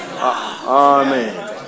Amen